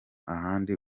ahandi